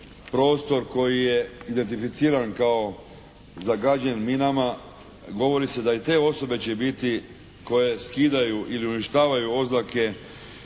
prostor koji je identificiran kao zagađen minama govori se da i te osobe će biti koje skidaju ili uništavaju oznake